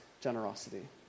generosity